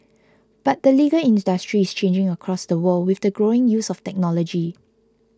but the legal industry is changing across the world with the growing use of technology